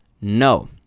No